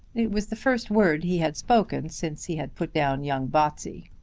it was the first word he had spoken since he had put down young botsey.